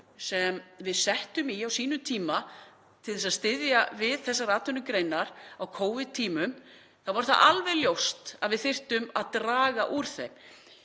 sem við settum á sínum tíma til að styðja við þessar atvinnugreinar á Covid-tímum þá er það alveg ljóst að við þurfum að draga úr þeim.